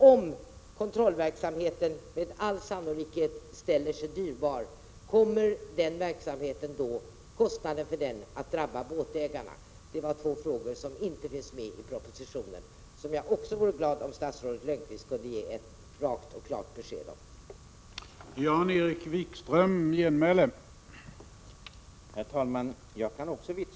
Om kontrollverksamheten ställer sig dyrbar, vilket den med all sannolikhet gör, kommer då kostnaden för den verksamheten att drabba båtägarna? Det var alltså två frågor som inte tas upp i propositionen, och jag vore glad om statsrådet Lönnqvist kunde ge ett rakt och klart besked även när det gäller de frågorna.